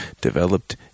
developed